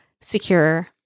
secure